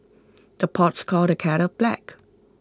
the pots calls the kettle black